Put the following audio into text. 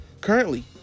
Currently